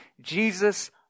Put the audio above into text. Jesus